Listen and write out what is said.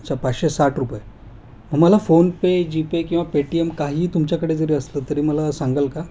अच्छा पाचशे साठ रुपये मला फोनपे जीपे किंवा पेटीएम काही तुमच्याकडे जरी असलं तरी मला सांगाल का